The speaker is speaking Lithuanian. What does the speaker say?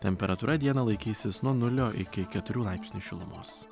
temperatūra dieną laikysis nuo nulio iki keturių laipsnių šilumos